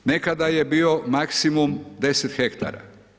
Nekada je bio maksimum 10 hektara.